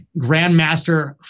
Grandmaster